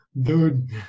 Dude